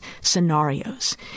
scenarios